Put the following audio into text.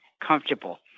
comfortable